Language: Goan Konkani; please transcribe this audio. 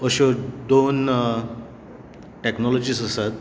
अश्यो दोन टॅक्नोलॉजीस आसात